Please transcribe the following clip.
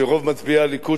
שרוב מצביעי הליכוד,